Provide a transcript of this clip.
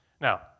Now